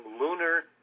lunar